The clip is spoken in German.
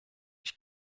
ich